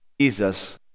Jesus